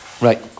Right